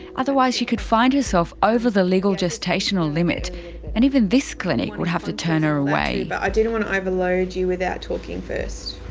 otherwise she could find herself over the legal gestational limit and even this clinic would have to turn her away. but i didn't want to overload you without talking first.